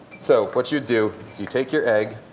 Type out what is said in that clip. so what you do is you take your egg,